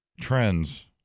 trends